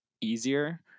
easier